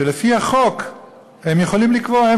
שלפי החוק הם יכולים לקבוע.